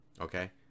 okay